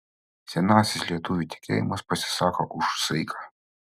senasis lietuvių tikėjimas pasisako už saiką